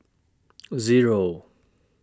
Zero